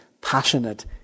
passionate